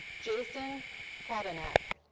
jason catanach.